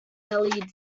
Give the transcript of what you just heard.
bellied